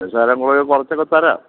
ശകലംകൂടി കുറച്ചൊക്കെ തരാം